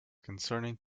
concerning